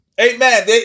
amen